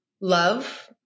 love